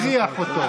בג"ץ הכריח אותו.